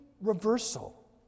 reversal